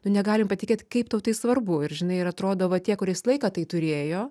nu negalim patikėt kaip tau tai svarbu ir žinai ir atrodo va tie kuris laiką tai turėjo